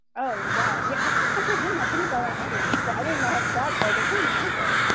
oh, wow. yeah, i can't comprehend not thinking about an audience. so i don't even have that, like i can't even answer.